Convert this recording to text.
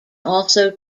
also